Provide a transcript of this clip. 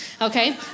okay